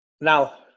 Now